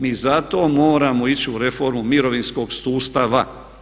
Mi zato moramo ići u reformu mirovinskog sustava.